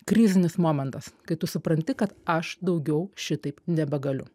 krizinis momentas kai tu supranti kad aš daugiau šitaip nebegaliu